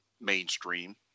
mainstream